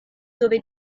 dove